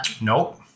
Nope